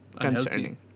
concerning